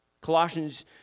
Colossians